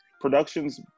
productions